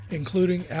including